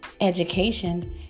education